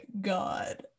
god